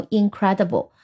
incredible